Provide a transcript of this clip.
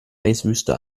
eiswüste